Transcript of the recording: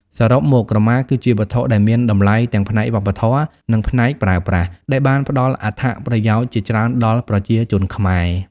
សរុបមក ក្រមាគឺជាវត្ថុដែលមានតម្លៃទាំងផ្នែកវប្បធម៌និងផ្នែកប្រើប្រាស់ ដែលបានផ្តល់អត្ថប្រយោជន៍ជាច្រើនដល់ប្រជាជនខ្មែរ។